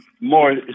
more